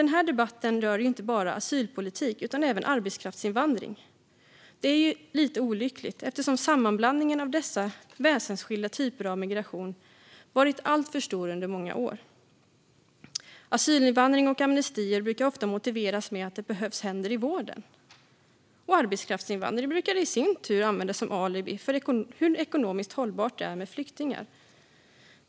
Denna debatt rör inte bara asylpolitik utan även arbetskraftsinvandring. Det är lite olyckligt, eftersom sammanblandningen av dessa väsensskilda typer av migration varit alltför stor under många år. Asylinvandring och amnestier brukar ofta motiveras med att det behövs händer i vården, och arbetskraftsinvandring brukar i sin tur användas som alibi för hur ekonomiskt hållbart det är med flyktingar.